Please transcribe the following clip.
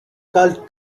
called